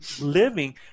living